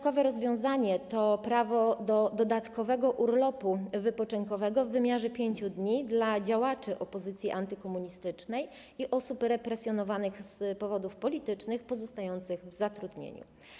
Kolejne rozwiązanie to prawo do dodatkowego urlopu wypoczynkowego w wymiarze 5 dni dla działaczy opozycji antykomunistycznej i osób represjonowanych z powodów politycznych pozostających w zatrudnieniu.